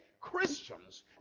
christians